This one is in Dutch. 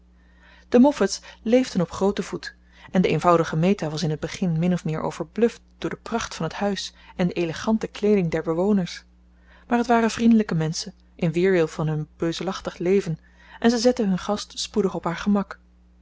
de moffats leefden op grooten voet en de eenvoudige meta was in het begin min of meer overbluft door de pracht van het huis en de elegante kleeding der bewoners maar het waren vriendelijke menschen in weerwil van hun beuzelachtig leven en ze zetten hun gast spoedig op haar gemak